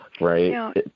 right